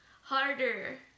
Harder